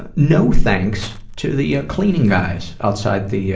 no thanks to the cleaning guys outside the